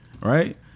Right